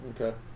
Okay